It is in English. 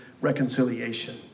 reconciliation